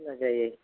जारला जायो